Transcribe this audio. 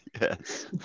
Yes